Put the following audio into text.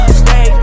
stay